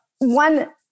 one